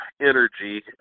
energy